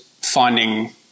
finding